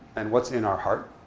and what's in our heart?